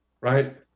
right